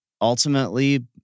ultimately